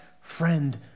friend